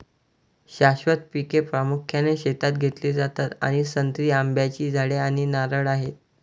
शाश्वत पिके प्रामुख्याने शेतात घेतली जातात आणि संत्री, आंब्याची झाडे आणि नारळ आहेत